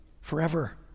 forever